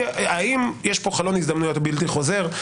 האם יש פה חלון הזדמנות בלתי חוזר,